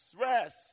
Rest